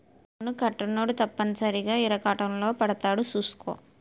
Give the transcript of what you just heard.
పన్ను కట్టనోడు తప్పనిసరిగా ఇరకాటంలో పడతాడు సూసుకో